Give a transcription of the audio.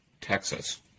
Texas